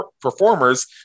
performers